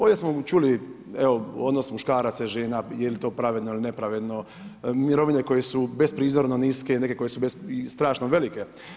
Ovdje smo čuli, evo odnos muškaraca i žena, je li to pravedno ili nepravedno, mirovine koje su besprizorno niske, neke koje su strašno velike.